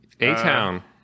A-Town